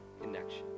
connection